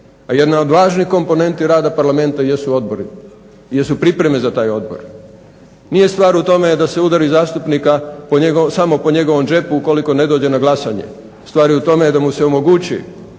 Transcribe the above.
jedna od važnih komponenti rada Parlamenta jesu odbori, jesu pripreme za taj odbor. Nije stvar u tome da se udari zastupnika samo po njegovom džepu ukoliko ne dođe na glasanje, stvar je u tome da mu se omogući